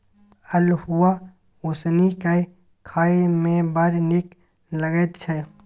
अल्हुआ उसनि कए खाए मे बड़ नीक लगैत छै